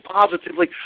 positively